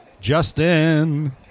Justin